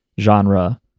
genre